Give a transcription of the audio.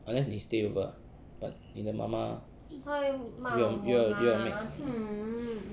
unless 你 stay over ah but 你的妈妈又要又要 nag 了